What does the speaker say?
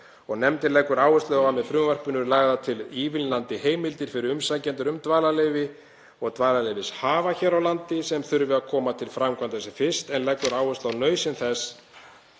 Nefndin leggur áherslu á að með frumvarpinu eru lagðar til ívilnandi heimildir fyrir umsækjendur um dvalarleyfi og dvalarleyfishafa hér á landi sem þurfa að koma til framkvæmda sem fyrst en leggur áherslu á nauðsyn þess